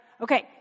okay